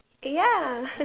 eh ya